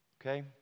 okay